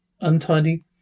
untidy